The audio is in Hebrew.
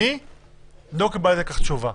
אני לא קיבלתי על כך תשובה.